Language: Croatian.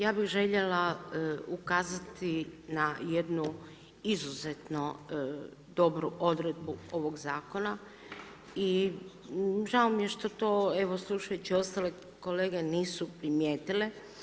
Ja bih željela ukazati na jednu izuzetnu dobru odredbu ovog zakona i žao mi je što to evo slušajući ostale kolege nisu primijetile.